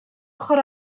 ochr